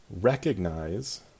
recognize